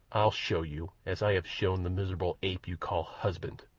i'll show you, as i have shown the miserable ape you call husband,